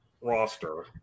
roster